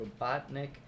Robotnik